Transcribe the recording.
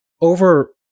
over